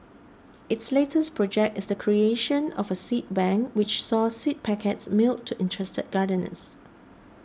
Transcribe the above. its latest project is the creation of a seed bank which saw seed packets mailed to interested gardeners